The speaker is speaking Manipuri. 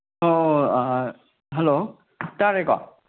ꯑꯣ ꯍꯂꯣ ꯇꯥꯔꯦꯀꯣ